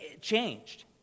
changed